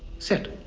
sit,